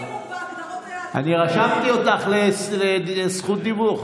רשמתי אותך לזכות דיבור.